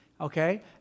okay